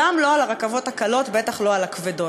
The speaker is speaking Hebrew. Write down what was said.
גם לא על הרכבות הקלות, בטח לא על הכבדות.